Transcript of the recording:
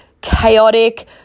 chaotic